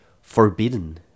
forbidden